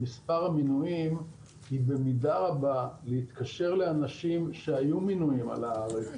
מספר המנויים היא במידה רבה להתקשר לאנשים שהיו מנויים על הארץ